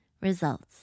results